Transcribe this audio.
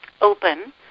Open